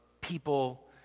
people